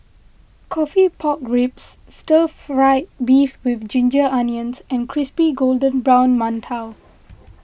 Coffee Pork Ribs Stir Fried Beef with Ginger Onions and Crispy Golden Brown Mantou